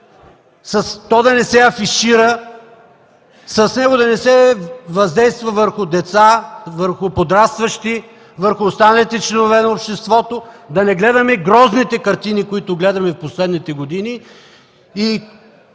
него, да не се афишира, с него да не се въздейства върху деца, върху подрастващи, върху останалите членове на обществото, да не гледаме грозните картини, които гледаме през последните години,